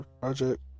Project